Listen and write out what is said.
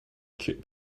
cute